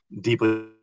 deeply